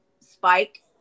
Spike